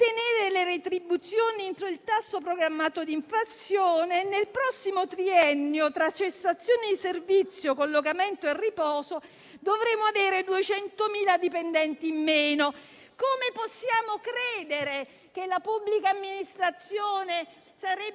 di contenere le retribuzioni entro il tasso programmato di inflazione. Nel prossimo triennio tra cessazione di servizio, collocamento e riposo dovremmo avere 200.000 dipendenti in meno. Come potevamo credere che la pubblica amministrazione - le